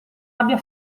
abbia